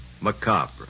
macabre